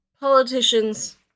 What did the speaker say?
politicians